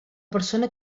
persona